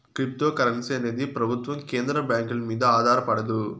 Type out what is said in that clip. cryptocurrency అనేది ప్రభుత్వం కేంద్ర బ్యాంకుల మీద ఆధారపడదు